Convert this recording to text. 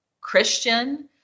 Christian